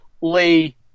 Lee